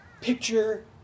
picture